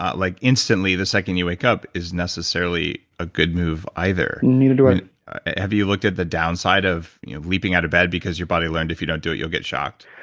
like instantly the second you wake up is necessarily a good move either neither do i have you looked at the downside of you know leaping out of bed because your body learned if you don't do it you'll get shocked?